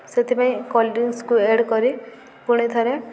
ସେଥିପାଇଁ cold drinks add କରି ପୁଣି ଥରେ